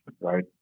right